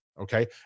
Okay